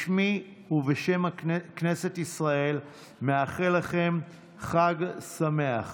בשמי ובשם כנסת ישראל אני מאחל לכם חג שמח.